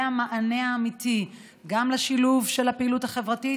זה המענה האמיתי גם לשילוב של הפעילות החברתית,